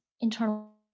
internal